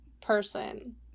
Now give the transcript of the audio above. person